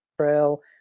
trail